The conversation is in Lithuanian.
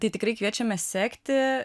tai tikrai kviečiame sekti